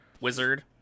wizard